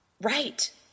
Right